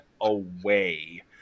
away